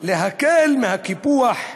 בכלל כדי להקל מהקיפוח,